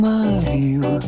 Mario